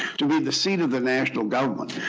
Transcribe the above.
to be the seat of the national government.